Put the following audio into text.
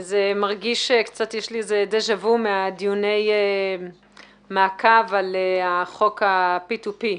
יש לי דז'ה וו מדיוני מעקב על חוק ה-פי טו פי.